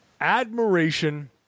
admiration